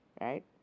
right